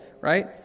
right